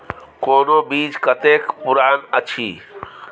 कोनो बीज कतेक पुरान अछि?